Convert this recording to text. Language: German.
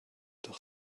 doch